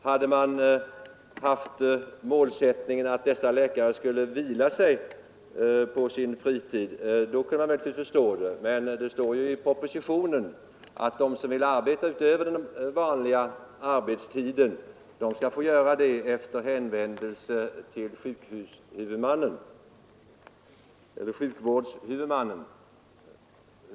Hade man haft målsättningen att Ersättningsregler för dessa läkare skulle vila sig på sin fritid kunde jag möjligtvis förstå det, läkarvård hos privatmen det står ju i propositionen att de som vill arbeta utöver den vanliga praktiserande läkare arbetstiden skall få göra det efter hänvändelse till sjukvårdshuvud 2. mm. mannen.